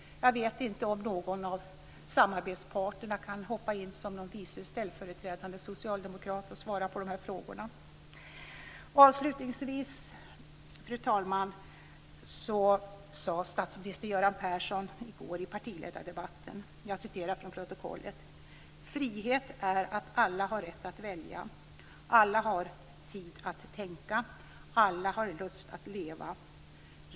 Jag vet inte om någon av samarbetspartnerna kan hoppa in som en vice ställföreträdande socialdemokrat och svara på de här frågorna. Avslutningsvis, fru talman, sade statsminister Göran Persson i går i partiledardebatten något som jag vill citera från protokollet: "Frihet är att alla har rätt att välja, alla har tid att tänka, alla har lust att leva.